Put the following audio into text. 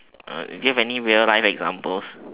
uh you give any real life examples